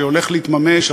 שהולך להתממש,